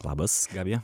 labas gabija